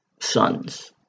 sons